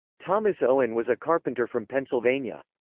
thomas owen was a carpenter from pennsylvania.